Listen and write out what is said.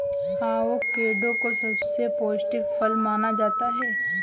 avocado को सबसे पौष्टिक फल माना जाता है